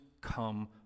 come